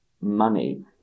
money